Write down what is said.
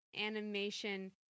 animation